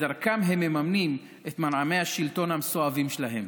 ודרכם הם מממנים את מנעמי השלטון המסואבים שלהם.